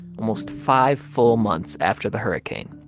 almost five full months after the hurricane.